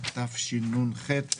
התשנ"ח 1998,